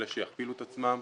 אלה שיכפילו את עצמם,